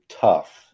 tough